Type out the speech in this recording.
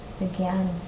again